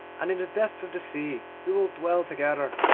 and in the depth of the sea we will dwell together,